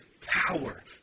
power